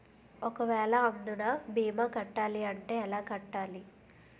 ఒక వేల అందునా భీమా కట్టాలి అంటే ఎలా కట్టాలి?